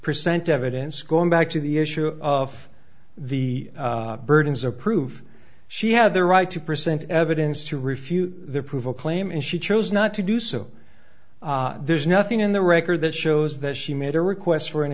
present evidence going back to the issue of the burdens of proof she had the right to present evidence to refute the prove a claim and she chose not to do so there's nothing in the record that shows that she made a request for an